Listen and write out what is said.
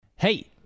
Hey